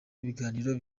ibiganiro